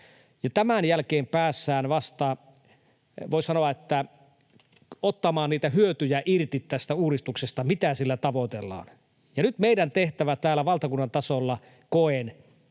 tämän jälkeen päästään, voisi sanoa, ottamaan tästä uudistuksesta irti niitä hyötyjä, mitä sillä tavoitellaan. Nyt meidän tehtävä täällä valtakunnan tasolla,